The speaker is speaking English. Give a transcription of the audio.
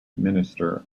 minister